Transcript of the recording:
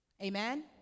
Amen